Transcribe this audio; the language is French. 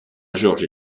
georges